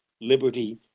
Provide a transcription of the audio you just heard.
liberty